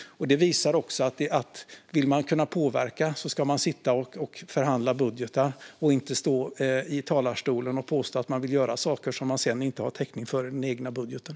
Det visar också att om man vill kunna påverka ska man sitta och förhandla om budgetar och inte stå i talarstolen och påstå att man vill göra saker som man sedan inte har täckning för i den egna budgeten.